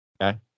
Okay